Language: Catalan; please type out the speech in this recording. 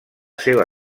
seva